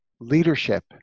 Leadership